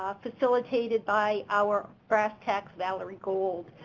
ah facilitated by our brss tacs, valerie gold,